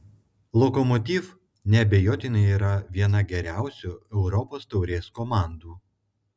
lokomotiv neabejotinai yra viena geriausių europos taurės komandų